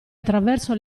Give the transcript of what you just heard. attraverso